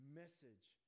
message